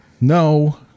No